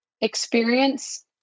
experience